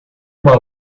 uma